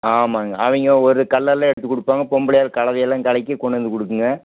ஆமாம்ங்க அவங்க ஒரு கல்லல்லாம் எடுத்துக்கொடுப்பாங்க பொம்பளையாள் கலவையெல்லாம் கலக்கி கொண்டுவந்து கொடுக்குங்க